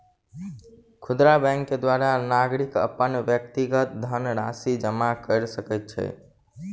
खुदरा बैंक के द्वारा नागरिक अपन व्यक्तिगत धनराशि जमा कय सकै छै